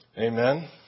Amen